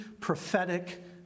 prophetic